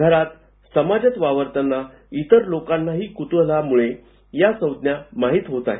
घरात समाजात वावरताना इतर लोकांनाही कुतूहलमुळे या संज्ञा माहिती होत आहेत